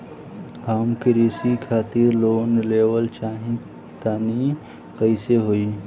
हम कृषि खातिर लोन लेवल चाहऽ तनि कइसे होई?